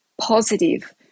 positive